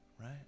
right